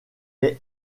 est